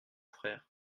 frère